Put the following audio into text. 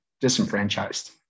disenfranchised